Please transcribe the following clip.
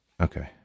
Okay